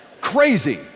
crazy